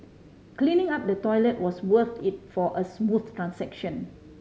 cleaning up the toilet was worth it for a smooth transaction